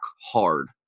hard